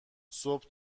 صبح